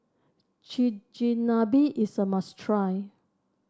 chigenabe is a must try